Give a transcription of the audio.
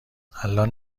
الان